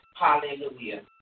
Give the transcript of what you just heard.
hallelujah